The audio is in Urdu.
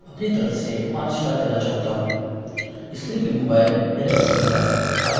اپنی طرف سے پانچ اسٹار دینا چاہتا ہوں اس لیے کہ موبائل میرے پسند کا تھا